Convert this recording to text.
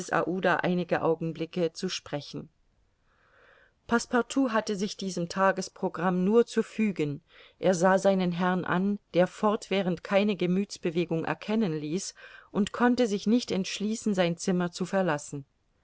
aouda einige augenblicke zu sprechen passepartout hatte sich diesem tagesprogramm nur zu fügen er sah seinen herrn an der fortwährend keine gemüthsbewegung erkennen ließ und konnte sich nicht entschließen sein zimmer zu verlassen